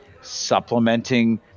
supplementing